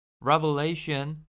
Revelation